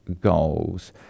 goals